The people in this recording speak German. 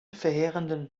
verheerenden